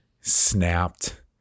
snapped